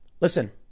Listen